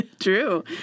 True